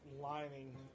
lining